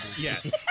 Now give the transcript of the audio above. Yes